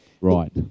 Right